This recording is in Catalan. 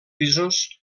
pisos